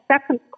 second